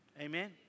Amen